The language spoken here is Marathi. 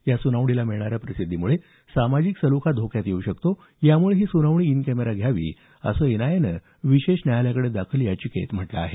या सुनावणीला मिळणाऱ्या प्रसिद्धीमुळे सामाजिक सलोखा धोक्यात येऊ शकतो यामुळे ही सुनावणी इन कॅमेरा करावी असं एनआयएनं विशेष न्यायालयाकडे दाखल याचिकेत म्हटलं आहे